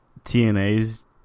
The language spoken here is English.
TNA's